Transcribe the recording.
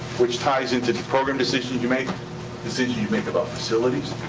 which ties into program decisions you make, decisions you make about facilities,